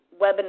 webinar